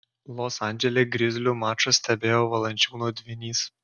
los andžele grizlių mačą stebėjo valančiūno dvynys